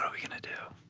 um we gonna do?